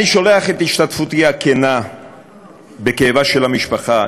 אני שולח את השתתפותי הכנה בכאבה של המשפחה,